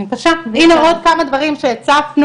הנה עוד כמה דברים שהצפנו.